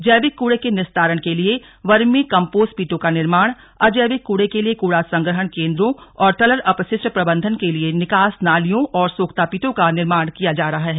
जैविक कूड़े के निस्तारण के लिए वर्मी कम्पोस्ट पिटों का निर्माण अजैविक कूड़े के लिए कूड़ा सग्रहण केन्द्रो और तरल अपषिश्ट प्रबन्धन के लिए निकास नालियों और सोख्ता पिटों का निर्माण कार्य किया जा रहा है